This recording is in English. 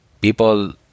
people